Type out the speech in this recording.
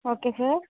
okay sir